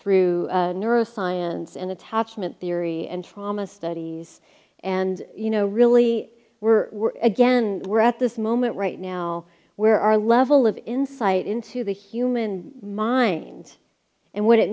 through neuro science and attachment theory and trauma studies and you know really we're again we're at this moment right now where our level of insight into the human mind and what it